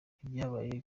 ibyabaye